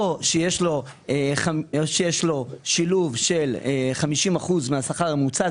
או שיש לו שילוב של 50% מהשכר הממוצע,